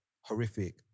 Horrific